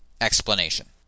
explanation